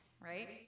right